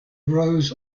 rows